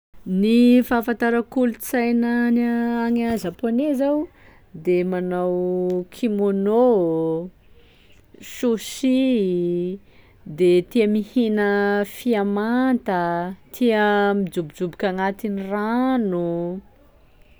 Ny fahafantara kolontsaina any any a- zaponey zao: de manao kimono ô, sushi i; de tia mihina fia manta, tia mijobojoboky agnatin'ny rano.